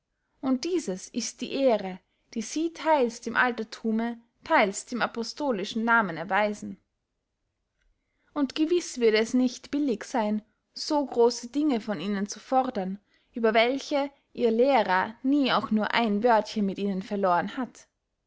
und dieses ist die ehre die sie theils dem alterthume theils dem apostolischen namen erweisen und gewiß würde es nicht billig seyn so grosse dinge von ihnen zu fordern über welche ihr lehrer nie auch nur ein wörtchen mit ihnen verlohren hat